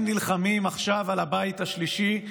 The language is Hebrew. הם נלחמים עכשיו על הבית השלישי.